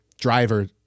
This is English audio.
driver